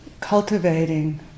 cultivating